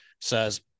says